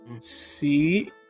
see